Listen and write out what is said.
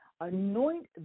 anoint